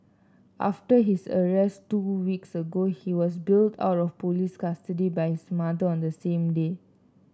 after his arrest two weeks ago he was bailed out of police custody by his mother on the same day